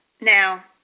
Now